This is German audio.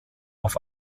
auf